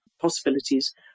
possibilities